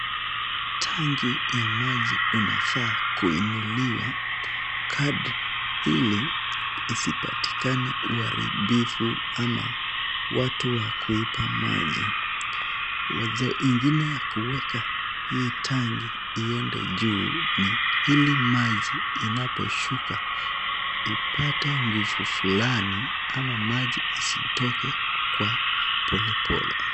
Tangi ya maji unafaa kuinuliwa kadri ili isipatikane uharibifu ama watu wa kuipa maji. Wazo ingine ya kuweka hii tangi iende juu ni hili maji inaposhuka ipate nguvu fulani ama maji isitoke kwa polepole.